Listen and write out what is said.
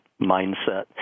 mindset